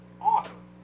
awesome